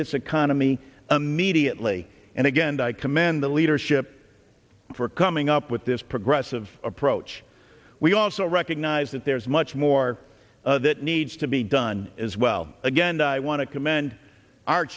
this economy immediately and again i commend the leadership for coming up with this progressive approach we also recognize that there is much more that needs to be done as well again i want to com